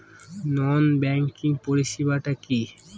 নন banking পরিষেবা টা কি?